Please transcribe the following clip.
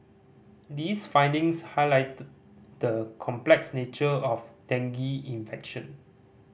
these findings highlight the the complex nature of dengue infection